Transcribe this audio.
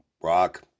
Rock